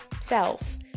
self